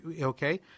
okay